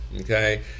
Okay